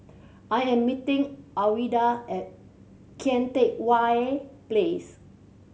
I am meeting Alwilda at Kian Teck Way place